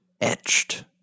etched